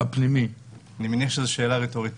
אני מניח שזאת שאלה רטורית.